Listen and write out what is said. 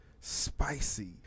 Spicy